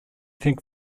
thing